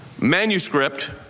manuscript